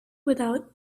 without